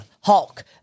Hulk